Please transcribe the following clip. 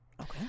Okay